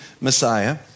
Messiah